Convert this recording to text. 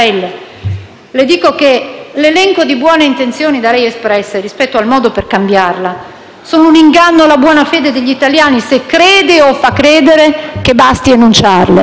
le dico che l'elenco di buone intenzioni da lei espresse rispetto al modo per cambiarla sono un inganno alla buona fede degli italiani, se crede o fa credere che basti enunciarle.